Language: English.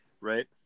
Right